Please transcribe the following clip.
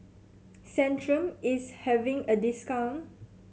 Centrum is having a discount